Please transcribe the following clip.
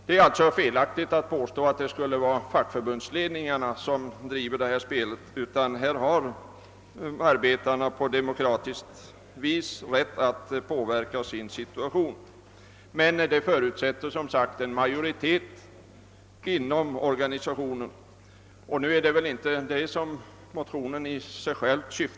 Det är alltså felaktigt att påstå att det är förbundsledningarna som driver det här spelet; medlemmarna har på demokratisk väg möjligheter att påverka sin situation. Men det förutsätter, som sagt, en majoritet inom organisationen. Men nu är det väl inte detta som motionen egentligen avser.